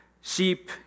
Sheep